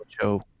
Joe